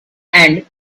end